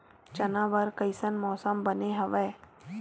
चना बर कइसन मौसम बने हवय?